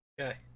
Okay